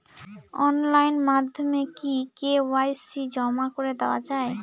Online মাধ্যমে কি KYC জমা করে দেওয়া য়ায়?